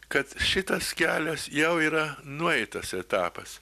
kad šitas kelias jau yra nueitas etapas